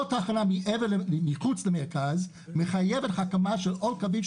כל תחנה מחוץ למרכז, מחייבת הקמה של עוד קווים.